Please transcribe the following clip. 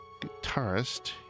guitarist